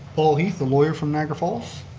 paul heath, the lawyer from niagara falls.